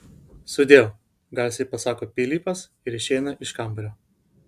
sudieu garsiai pasako pilypas ir išeina iš kambario